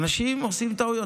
ואנשים עושים טעויות.